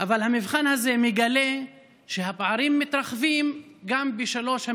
המבחן הזה מגלה שהפערים מתרחבים בשלושת